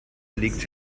liegt